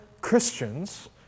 Christians